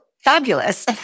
fabulous